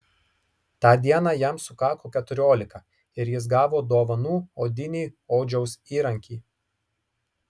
tą dieną jam sukako keturiolika ir jis gavo dovanų odinį odžiaus įrankį